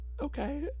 Okay